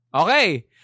Okay